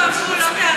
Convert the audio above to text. תוצאות שלא תאהבו,